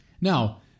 Now